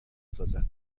سازد